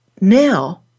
now